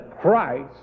Christ